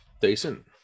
Decent